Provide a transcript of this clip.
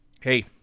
hey